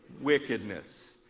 wickedness